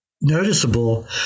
noticeable